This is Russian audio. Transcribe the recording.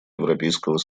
европейского